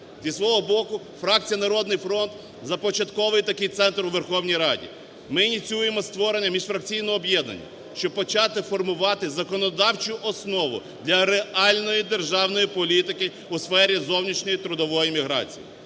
Зі свого боку фракція "Народний фронт" започатковує такий центр у Верховній Раді. Ми ініціюємо створення міжфракційного об'єднання, щоб почати формувати законодавчу основу для реальної державної політики у сфері зовнішньої трудової міграції.